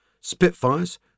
Spitfires